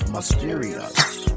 Mysterious